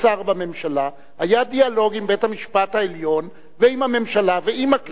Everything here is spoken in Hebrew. שר בממשלה היה דיאלוג עם בית-המשפט העליון ועם הממשלה ועם הכנסת.